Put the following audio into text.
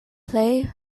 plej